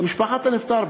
משפחת הנפטר,